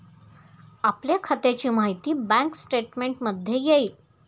आपल्या खात्याची माहिती बँक स्टेटमेंटमध्ये येईल